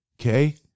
okay